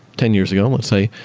ten years ago let's say,